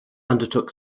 undertook